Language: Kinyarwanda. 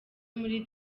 muri